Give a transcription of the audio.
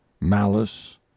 malice